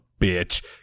bitch